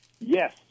Yes